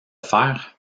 fer